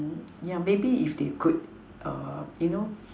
yeah maybe if they could you know